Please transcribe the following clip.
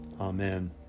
Amen